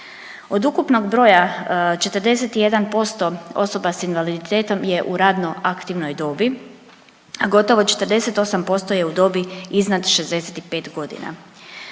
Od ukupnog broja 41% osoba s invaliditetom je u radno aktivnoj dobi, a gotovo 48% je u dobi iznad 65 godina.